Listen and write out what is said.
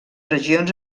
regions